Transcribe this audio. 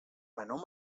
menor